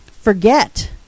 forget